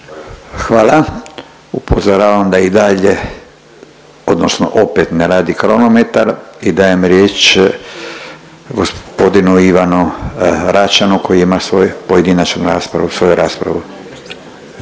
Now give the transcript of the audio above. Hvala. Upozoravam da i dalje, odnosno opet ne radi kronometar i dajem riječ g. Ivanu Račanu koji ima svoj pojedinačnu raspravu,